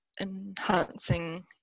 enhancing